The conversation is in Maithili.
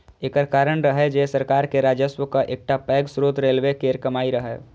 एकर कारण रहै जे सरकार के राजस्वक एकटा पैघ स्रोत रेलवे केर कमाइ रहै